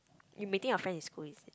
you meeting your friend in school is it